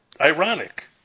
Ironic